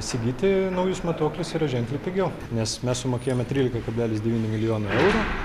įsigyti naujus matuoklius yra ženkliai pigiau nes mes sumokėjome trylika kablelis devyni milijonų eurų